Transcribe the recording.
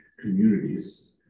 communities